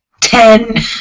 Ten